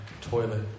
toilet